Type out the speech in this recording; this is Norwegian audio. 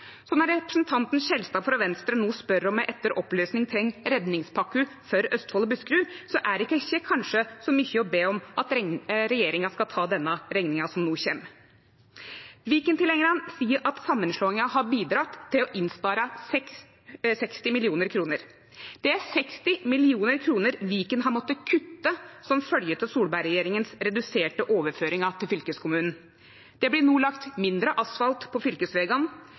Så når representanten Skjelstad frå Venstre no spør om ein etter oppløysing treng redningspakker for Østfold og Buskerud, er det kanskje ikkje så mykje å be om at regjeringa skal ta denne rekninga som no kjem. Viken-tilhengarane seier at samanslåinga har bidratt til å spare inn 60 mill. kr. Det er 60 mill. kr Viken har måtta kutte som følgje av Solberg-regjeringas reduserte overføringar til fylkeskommunen. Det blir no lagt mindre asfalt på fylkesvegane,